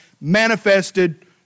manifested